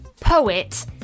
poet